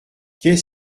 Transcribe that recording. qu’est